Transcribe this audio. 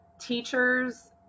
teachers